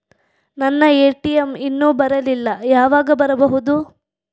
ನನ್ನ ಎ.ಟಿ.ಎಂ ಇನ್ನು ಬರಲಿಲ್ಲ, ಯಾವಾಗ ಬರಬಹುದು?